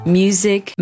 music